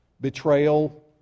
betrayal